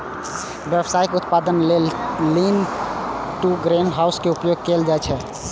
व्यावसायिक उत्पादन लेल लीन टु ग्रीनहाउस के उपयोग कैल जाइ छै